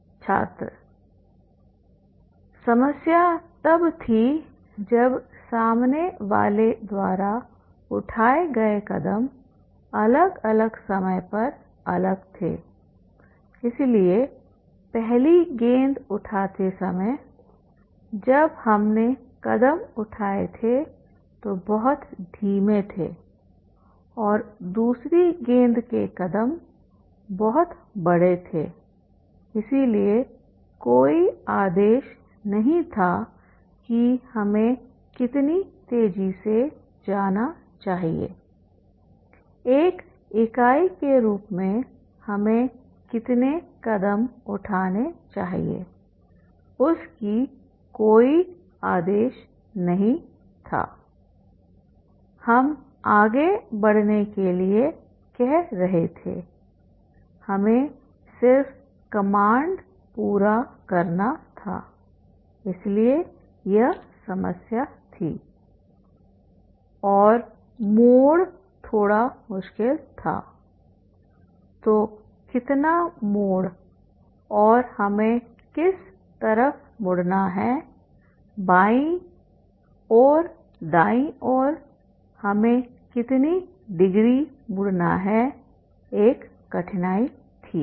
छात्र समस्या तब थी जब सामने वाले द्वारा उठाए गए कदम अलग अलग समय पर अलग थे इसलिए पहली गेंद उठाते समय जब हमने कदम उठाए थे तो बहुत धीमे थे और दूसरी गेंद के कदम बहुत बड़े थे इसलिए कोई आदेश नहीं था कि हमें कितनी तेजी से जाना चाहिए एक इकाई के रूप में हमें कितने कदम उठाने चाहिए उस की कोई आदेश नहीं था हम आगे बढ़ने के लिए कह रहे थे हमें सिर्फ कमांड पुश करना था इसलिए यह समस्या थी और मोड़ थोड़ा मुश्किल था तो कितना मोड़ और हमें किस तरफ मुड़ना है बाईं ओर दाईं ओर हमें कितनी डिग्री मुड़ना हैएक कठिनाई थी